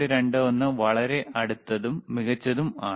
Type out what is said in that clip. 21 വളരെ അടുത്തത് മികച്ചതും ആണ്